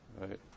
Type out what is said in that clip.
right